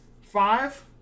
Five